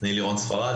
אני לירון ספרד,